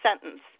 sentence